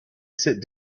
sit